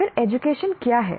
फिर एजुकेशन क्या है